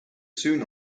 soon